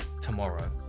tomorrow